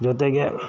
ಜೊತೆಗೆ